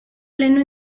pleno